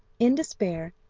in despair,